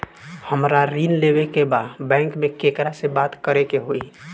हमरा ऋण लेवे के बा बैंक में केकरा से बात करे के होई?